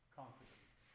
confidence